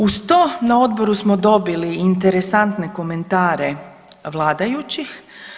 Uz to na odboru smo dobili interesantne komentare vladajućih.